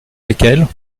lesquels